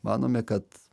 manome kad